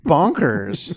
Bonkers